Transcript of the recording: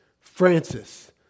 Francis